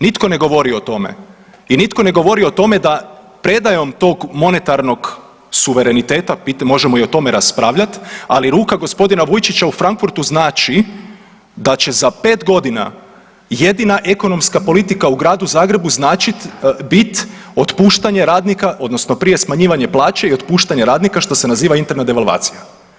Nitko ne govori o tome i nitko ne govori o tome da predajom tog monetarnog suvereniteta, možemo i o tome raspravljat, ali ruka g. Vujčića u Frankfurtu znači da će za 5.g. jedina ekonomska politika u Gradu Zagrebu značit, bit otpuštanje radnika odnosno prije smanjivanje plaće i otpuštanje radnika, što se naziva interna devalvacija.